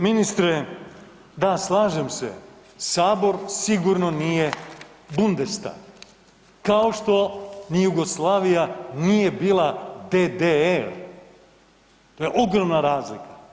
Ministre, da slažem se, sabor sigurno nije Bundestag, kao što ni Jugoslavija nije bila DDR, to je ogromna razlika.